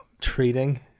treating